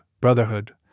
brotherhood